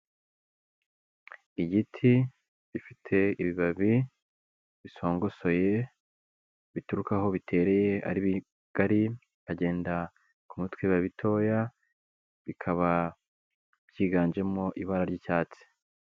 Igiti gifite ibibabi bisongosoye, bituruka aho bitereye ari bigari bikagenda ku mutwe biba bitoya, bikaba byiganjemo ibara ry'icyatsi.